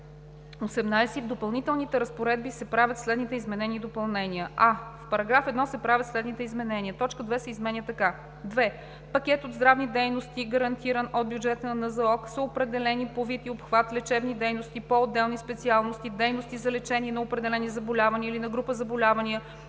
18. В Допълнителни разпоредби се правят следните изменения и допълнения: а) в § 1 се правят следните изменения: Точка 2 се изменя така: „2. „Пакет от здравни дейности, гарантиран от бюджета на НЗОК, са определени по вид и обхват лечебни дейности, по отделни специалности, дейности за лечение на определени заболявания или на група заболявания,